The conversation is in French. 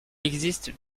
existe